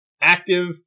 active